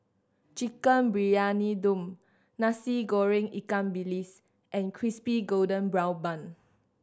Chicken Briyani Dum Nasi Goreng ikan bilis and Crispy Golden Brown Bun